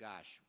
gosh